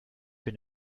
bin